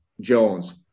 Jones